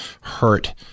hurt